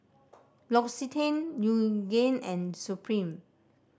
L'Occitane Yoogane and Supreme